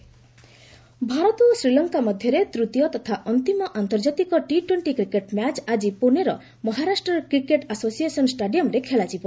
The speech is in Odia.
କ୍ରିକେଟ୍ ଭାରତ ଓ ଶ୍ରୀଲଙ୍କା ମଧ୍ୟରେ ତୃତୀୟ ତଥା ଅନ୍ତିମ ଆନ୍ତର୍ଜାତିକ ଟି ଟ୍ୱେଣ୍ଟି କ୍ରିକେଟ୍ ମ୍ୟାଚ୍ ଆଜି ପୁଣେର ମହାରାଷ୍ଟ୍ର କ୍ରିକେଟ୍ ଆସୋସିଏସନ୍ ଷ୍ଟାଡିୟମ୍ରେ ଖେଳାଯିବ